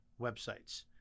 websites